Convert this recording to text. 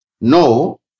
No